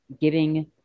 giving